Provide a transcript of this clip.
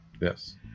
Yes